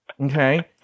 Okay